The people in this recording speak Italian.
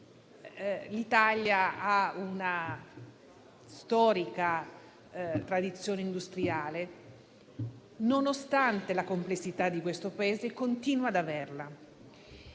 l'Italia ha una storica tradizione industriale e, nonostante la complessità del Paese, continua ad averla,